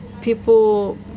People